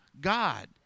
God